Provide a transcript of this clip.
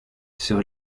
sur